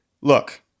look